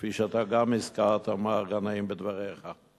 כפי שאתה גם הזכרת, מר גנאים, בדבריך.